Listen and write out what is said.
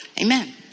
Amen